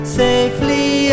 safely